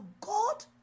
God